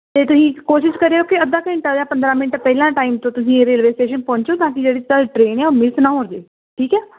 ਅਤੇ ਤੁਸੀਂ ਕੋਸ਼ਿਸ਼ ਕਰਿਓ ਕਿ ਅੱਧਾ ਘੰਟਾ ਜਾਂ ਪੰਦਰਾਂ ਮਿੰਟ ਪਹਿਲਾਂ ਟਾਈਮ ਤੋਂ ਤੁਸੀਂ ਇਹ ਰੇਲਵੇ ਸਟੇਸ਼ਨ ਪਹੁੰਚੋ ਤਾਂ ਕਿ ਜਿਹੜੀ ਤੁਹਾਡੀ ਟਰੇਨ ਆ ਉਹ ਮਿਸ ਨਾ ਹੋ ਜੇ ਠੀਕ ਹੈ